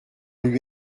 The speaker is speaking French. lui